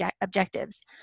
objectives